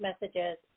Messages